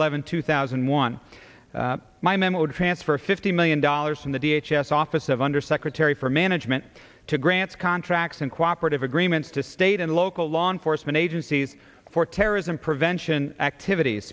eleventh two thousand and one my memo to transfer fifty million dollars from the d h s s office of undersecretary for management to grants contracts and cooperative agreements to state and local law enforcement agencies for terrorism prevention activities